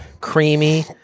Creamy